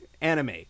anime